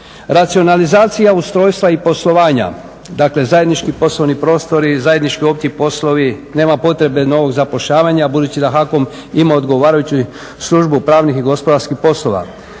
racionalizacija ustrojstva i poslovanja, dakle zajednički poslovni prostori, zajednički opći poslovi, nema potrebe novog zapošljavanja budući da HAKOM ima odgovarajuću službu pravnih i gospodarskih poslova.